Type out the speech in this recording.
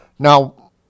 Now